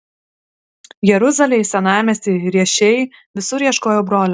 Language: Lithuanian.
jeruzalėj senamiesty riešėj visur ieškojau brolio